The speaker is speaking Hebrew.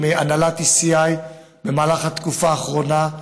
עם הנהלת ECI במהלך התקופה האחרונה.